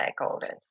stakeholders